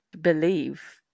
believe